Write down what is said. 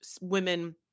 women